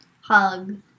hug